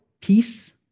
peace